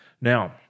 Now